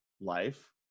life